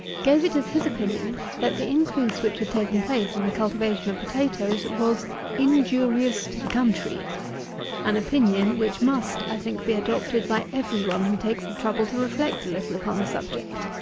gave it as his opinion, that the increase which had taken place in the cultivation of potatoes was injurious to the country an opinion which must, i think, be adopted by every one who takes the trouble to reflect a little upon the subject.